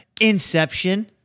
Inception